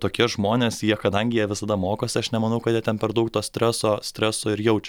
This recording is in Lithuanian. tokie žmonės jie kadangi jie visada mokosi aš nemanau kad jie ten per daug to streso streso ir jaučia